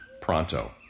pronto